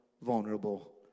vulnerable